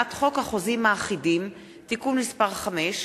הצעת חוק החוזים האחידים (תיקון מס' 5)